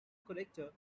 characters